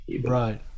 Right